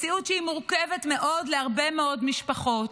מציאות מורכבת מאוד להרבה מאוד משפחות,